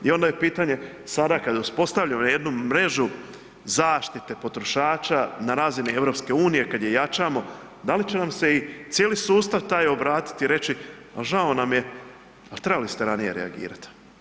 I onda je pitanje sada kada uspostavljamo jednu mrežu zaštite potrošača na razini EU, kad je jačamo, da li će nam se i cijeli sustav taj obratiti i reći, a žao nam je, al trebali ste ranije reagirat.